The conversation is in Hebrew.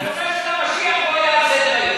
אני אומר לך: המשיח לא היה על סדר-היום.